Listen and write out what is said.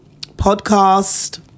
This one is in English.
podcast